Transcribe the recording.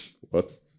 Whoops